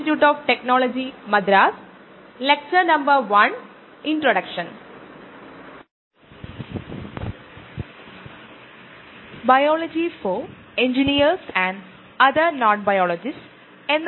ഇതുകൂടാതെ ചില numeric problems അതുപോലെ തോട്ട് ബേസ്ഡ് പ്രോബ്ലെംസും നമ്മൾ ക്ലാസ്സിൽ ചർച്ചചെയ്യുകയും ചെയ്യും അടുത്ത ക്ലാസിൽ ഇതിന്റെ സൊല്യൂഷൻസ് നമ്മൾ പരിശോധിക്കും